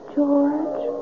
George